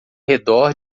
redor